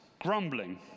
grumbling